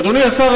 אדוני השר,